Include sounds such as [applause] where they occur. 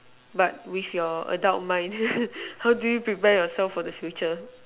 but with your adult mind [laughs] how do you prepare yourself for the future